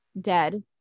dead